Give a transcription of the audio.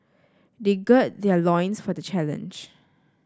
they gird their loins for the challenge